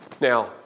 Now